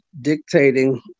dictating